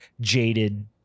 jaded